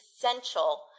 essential